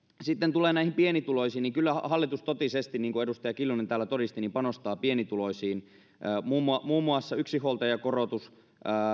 sitten tulee näihin pienituloisiin niin kyllä hallitus totisesti niin kuin edustaja kiljunen täällä todisti panostaa pienituloisiin muun muassa muun muassa yksinhuoltajakorotus